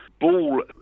Ball